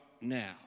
now